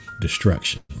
destruction